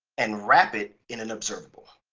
and wrap it in an observable.